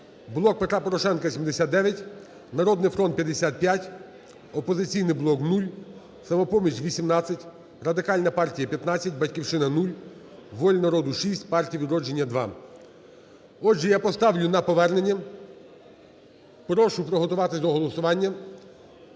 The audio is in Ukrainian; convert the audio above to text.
"Блок Петра Порошенка" – 79, "Народний фронт" – 55, "Опозиційний блок" – 0, "Самопоміч" – 18, Радикальна партія – 15, "Батьківщина" – 0, "Воля народу" – 6, "Партія "Відродження" – 2. Отже, я поставлю на повернення. Прошу приготуватися до голосування,